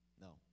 no